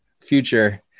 future